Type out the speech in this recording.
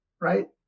right